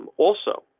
also.